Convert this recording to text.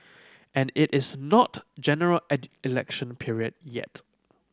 and it is not General Election period yet